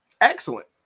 Excellent